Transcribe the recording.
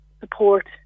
support